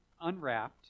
unwrapped